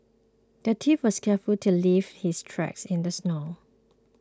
the thief was careful to leave his tracks in the snow